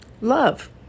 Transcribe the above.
love